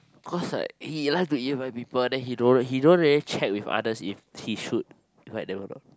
cause right he like to invite people then he don't he don't really check with others if he should so I never know